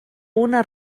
una